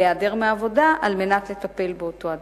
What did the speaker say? להיעדר מהעבודה על מנת לטפל באותו אדם.